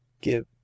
Give